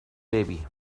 baby